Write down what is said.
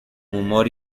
humor